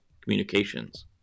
communications